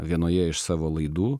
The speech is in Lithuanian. vienoje iš savo laidų